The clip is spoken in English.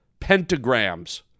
pentagrams